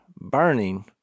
burning